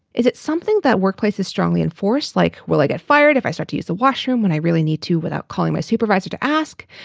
is it something that workplace is strongly enforced? like will i get fired if i start to use the washroom when i really need to without calling my supervisor to ask?